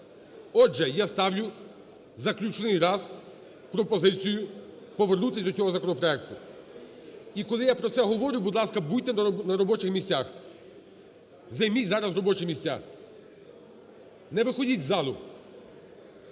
Отже, я ставлю заключний раз пропозицію повернутися до цього законопроекту, і коли я про це говорю, будь ласка, будьте на робочих місцях. Займіть зараз робочі місця, не виходіть з залу.